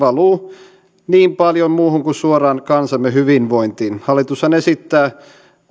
valuu niin paljon muuhun kuin suoraan kansamme hyvinvointiin hallitushan esittää